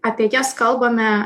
apie jas kalbame